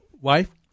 wife